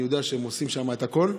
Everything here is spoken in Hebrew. אני יודע שהם עושים שם את הכול,